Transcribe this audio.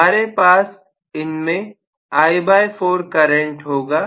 हमारे पास इनमें I4 करंट होगा